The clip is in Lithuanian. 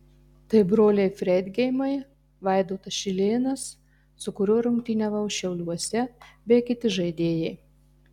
tai broliai freidgeimai vaidotas šilėnas su kuriuo rungtyniavau šiauliuose bei kiti žaidėjai